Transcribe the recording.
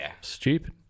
stupid